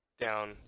down